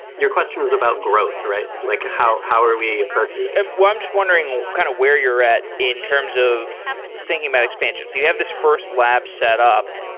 your question is about growth, right? like how how are we ah and well, i'm just wondering kind of where you're at in terms of thinking about expansion. you have this first lab setup,